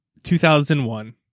2001